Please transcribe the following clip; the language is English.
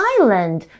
Island